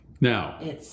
Now